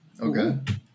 Okay